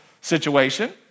situation